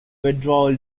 withdrawal